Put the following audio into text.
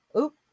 Oop